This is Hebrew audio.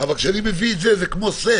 אבל כשאני מביא את זה זה כמו סט.